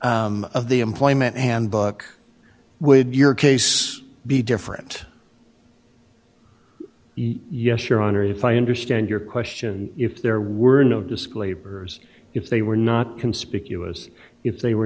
of the employment handbook would your case be different yes your honor if i understand your question if there were no disc laborers if they were not conspicuous if they were